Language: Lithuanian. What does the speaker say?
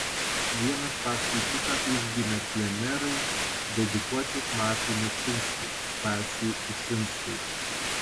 vienas paskui kitą užgimė plenerai dedikuoti matui menčinskui stasiui ušinskui